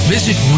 Visit